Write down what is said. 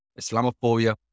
Islamophobia